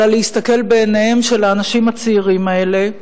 אלא להסתכל בעיניהם של האנשים הצעירים האלה,